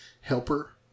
helper